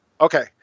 Okay